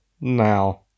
now